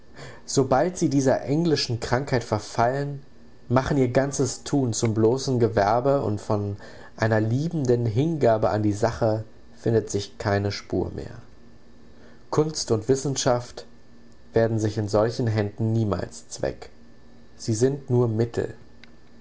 sobald sie dieser englischen krankheit verfallen machen ihr ganzes tun zum bloßen gewerbe und von einer liebenden hingabe an die sache findet sich keine spur mehr kunst und wissenschaft werden sich in solchen händen niemals zweck sie sind nur mittel